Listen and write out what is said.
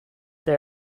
they